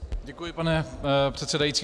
Děkuji, pane předsedající.